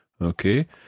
Okay